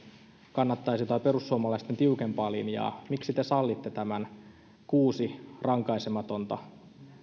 kannattaisi perussuomalaisten tiukempaa linjaa miksi te sallitte kuusi rankaisematonta